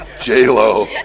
J-Lo